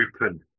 open